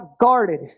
guarded